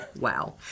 wow